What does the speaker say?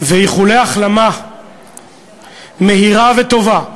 ואיחולי החלמה מהירה וטובה לפצועינו.